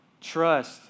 Trust